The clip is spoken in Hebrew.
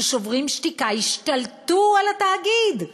ש"שוברים שתיקה" השתלטו על התאגיד,